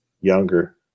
younger